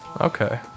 Okay